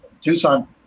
Tucson